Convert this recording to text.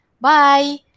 Bye